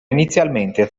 inizialmente